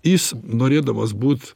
jis norėdamas būt